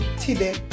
today